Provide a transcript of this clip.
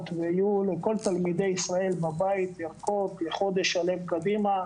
ויהיו לכל תלמידי ישראל בבית ערכות לחודש שלם קדימה,